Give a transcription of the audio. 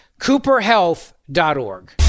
cooperhealth.org